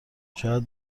شاید